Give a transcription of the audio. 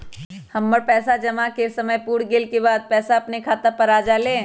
हमर जमा पैसा के समय पुर गेल के बाद पैसा अपने खाता पर आ जाले?